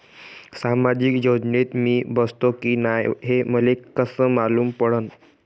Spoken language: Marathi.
सामाजिक योजनेत मी बसतो की नाय हे मले कस मालूम पडन?